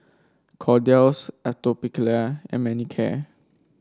Kordel's Atopiclair and Manicare